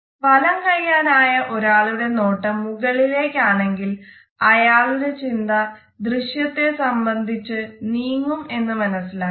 വലം കയ്യനായ ഒരാളുടെ നോട്ടം മുകളിലേക്ക് ആണെങ്കിൽ അയാളുടെ ചിന്ത ദൃശ്യത്തെ സംബന്ധിച്ച് നീങ്ങും എന്ന് മനസ്സിലാക്കാം